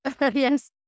Yes